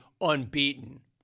unbeaten